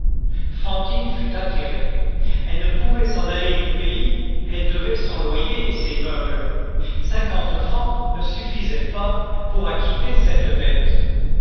fantine fut atterrée elle ne pouvait s'en aller du pays elle devait son loyer et ses meubles cinquante francs ne suffisaient pas pour acquitter cette dette